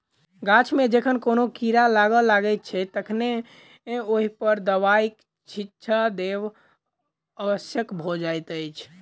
गाछ मे जखन कोनो कीड़ा लाग लगैत छै तखन ओहि पर दबाइक छिच्चा देब आवश्यक भ जाइत अछि